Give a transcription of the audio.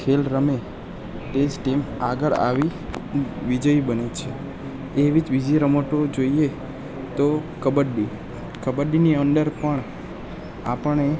ખેલ રમે એ જ ટીમ આગળ આવી વિજયી બને છે એવી જ બીજી રમતો જોઈએ તો કબડ્ડી કબડ્ડીની અંદર પણ આપણે